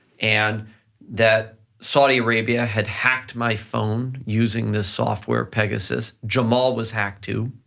and that saudi arabia had hacked my phone using this software, pegasus. jamal was hacked too,